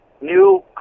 new